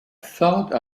thought